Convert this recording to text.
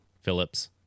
Phillips